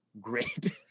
great